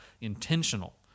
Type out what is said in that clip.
intentional